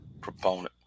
proponent